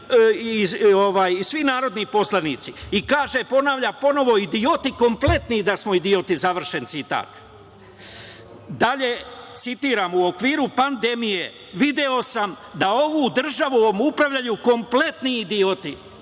i svi narodni poslanici. Ponavlja ponovo - idioti kompletni i da smo idioti. Završen citat. Dalje, citiram – U okviru pandemije video sam da ovu državu, ovom upravljanju kompletni idioti.